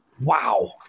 Wow